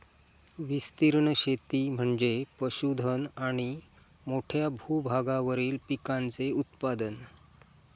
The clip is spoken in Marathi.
विस्तीर्ण शेती म्हणजे पशुधन आणि मोठ्या भूभागावरील पिकांचे उत्पादन